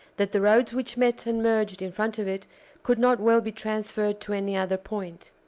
that the roads which met and merged in front of it could not well be transferred to any other point,